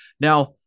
Now